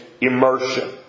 immersion